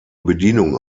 bedienung